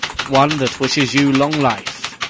one that wishes you long life.